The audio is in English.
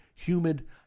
Humid